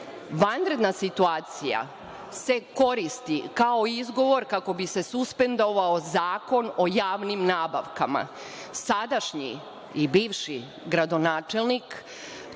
Vanredna situacija se koristi kao izgovor kako bi se suspendovao Zakon o javnim nabavkama. Sadašnji i bivši gradonačelnik